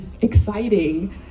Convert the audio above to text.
exciting